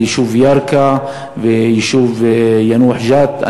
זה היישוב ירכא והיישוב יאנוח-ג'ת.